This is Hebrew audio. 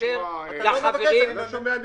להצביע עם